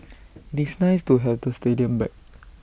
nice to have the stadium back